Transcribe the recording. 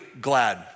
glad